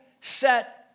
set